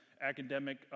academic